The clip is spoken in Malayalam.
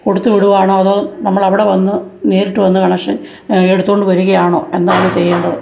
കൊടുത്തുവിടുകയാണോ അതോ നമ്മള് അവിടെ വന്ന് നേരിട്ടു വന്ന് കണക്ഷൻ എടുത്തുകൊണ്ടുവരികയാണോ എന്താണ് ചെയ്യേണ്ടത്